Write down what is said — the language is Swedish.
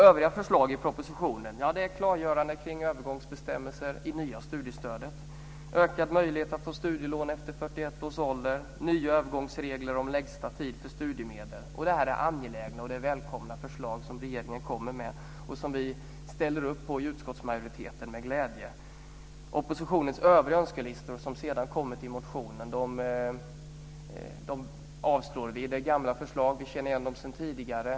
Övriga förslag i propositionen gäller klargörande kring övergångsbestämmelser i nya studiestödet, ökad möjlighet att få studielån efter 41 års ålder och nya övergångsregler när det gäller längsta tid för studiemedel. Det är angelägna och välkomna förslag som regeringen kommer med och som vi i utskottsmajoriteten ställer upp på med glädje. Oppositionens önskelistor, som sedan kommit i motioner, avslår vi. Det är gamla förslag. Vi känner igen dem sedan tidigare.